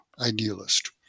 idealist